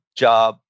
job